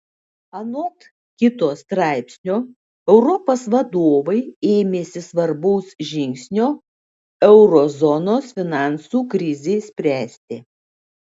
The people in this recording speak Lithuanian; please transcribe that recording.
anot kito straipsnio europos vadovai ėmėsi svarbaus žingsnio euro zonos finansų krizei spręsti